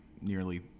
nearly